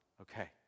Okay